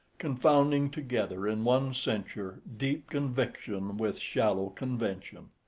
confounding together in one censure deep conviction with shallow convention.